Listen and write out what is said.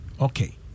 Okay